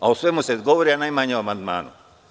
O svemu se govori, a najmanje o amandmanu.